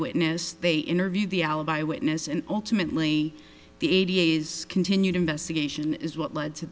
witness they interviewed the alibi witness and ultimately the a d a s continued investigation is what led to